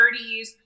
30s